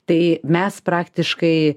tai mes praktiškai